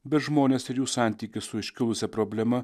bet žmonės ir jų santykis su iškilusia problema